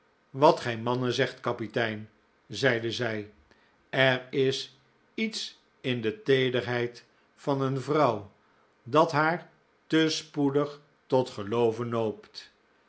wat gij mannen zegt kapitein zeide zij er is iets in de teederheid van een vrouw dat haar te spoedig tot gelooven noopt